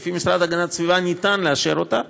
לפי המשרד להגנת הסביבה אפשר לאשר אותה,